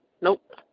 nope